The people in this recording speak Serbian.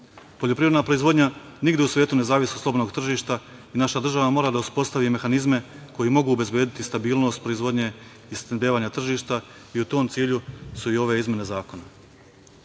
Poljoprivredna proizvodnja nigde u svetu ne zavise od slobodnog tržišta i naša država mora da uspostavi mehanizme koji mogu obezbediti stabilnost proizvodnje i snabdevanje tržišta i u tom cilju su i ove izmene zakona. Danas